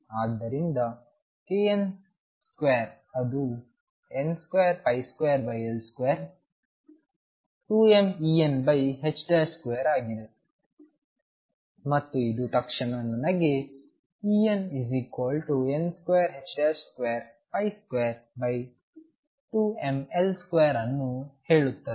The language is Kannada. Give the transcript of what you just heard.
ಆದ್ದರಿಂದ kn2 ಅದು n22L2 2mEn2 ಆಗಿದೆಮತ್ತು ಇದು ತಕ್ಷಣ ನನಗೆ Enn2222mL2ಅನ್ನು ಹೇಳುತ್ತದೆ